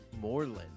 Moreland